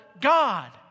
God